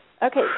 Okay